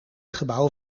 gebouw